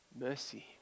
mercy